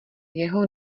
jeho